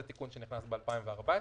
זה תיקון שנכנס ב-2014,